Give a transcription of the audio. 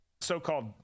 so-called